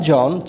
John